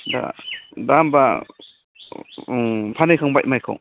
दा दा होमब्ला फानहैखांबाय माइखौ